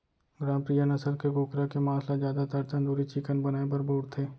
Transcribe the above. ग्रामप्रिया नसल के कुकरा के मांस ल जादातर तंदूरी चिकन बनाए बर बउरथे